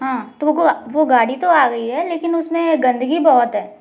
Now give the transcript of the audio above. हाँ तो वो गा वो गाड़ी तो आ गई है लेकिन उसमें गंदगी बहुत है